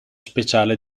speciale